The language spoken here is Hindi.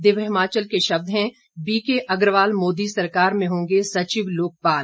दिव्य हिमाचल के शब्द हैं बी के अग्रवाल मोदी सरकार में होंगे सचिव लोकपाल